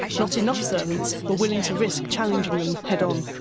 not enough servants were willing to risk challenging them head-on.